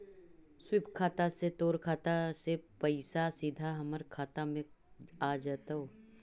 स्वीप खाता से तोर खाता से पइसा सीधा हमर खाता में आ जतउ